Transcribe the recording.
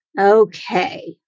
okay